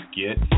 get